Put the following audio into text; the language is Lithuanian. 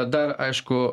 tada aišku